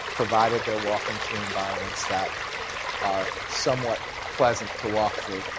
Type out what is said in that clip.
provided they're walking through environments that are somewhat pleasant to walk through.